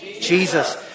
Jesus